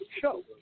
show